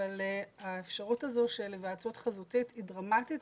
אבל האפשרות הזו של היוועדות חזותית היא דרמטית,